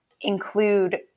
include